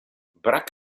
brak